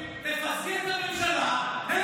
ואני עברתי את אחוז החסימה.